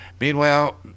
Meanwhile